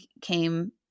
came